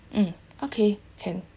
mm okay can